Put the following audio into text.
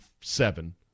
seven